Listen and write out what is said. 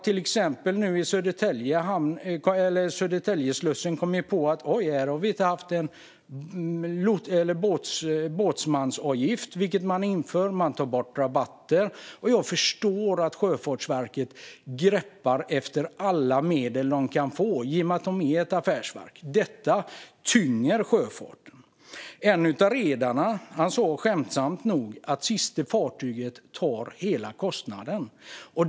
Vid Södertäljeslussen har man kommit på att man inte haft någon båtsmansavgift, vilket man inför. Man tar bort rabatter. Jag förstår att Sjöfartsverket greppar efter alla medel de kan i och med att det är ett affärsverk. Detta tynger sjöfarten. En av redarna sa skämtsamt att sista fartyget tar hela kostnaden.